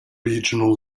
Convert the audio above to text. regional